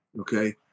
Okay